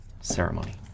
ceremony